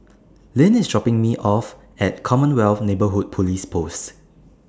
Lynn IS dropping Me off At Commonwealth Neighbourhood Police Post